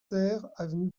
avenue